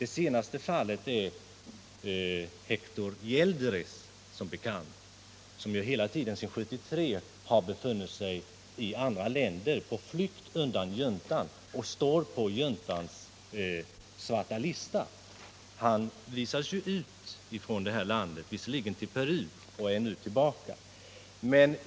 Det senaste fallet är som bekant Hector Jeldres. Sedan 1973 har han hela tiden befunnit sig i andra länder på flykt undan juntan, eftersom han står på juntans svarta lista. Han visades ju ut från det här landet, visserligen till Peru, men är nu tillbaka.